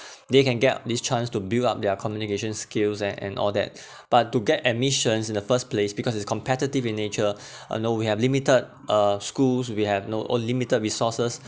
they can get this chance to build up their communication skills and and all that but to get admissions in the first place because it's competitive in nature uh no we have limited uh schools we have no or limited resources